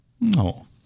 No